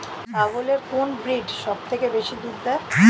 ছাগলের কোন ব্রিড সবথেকে বেশি দুধ দেয়?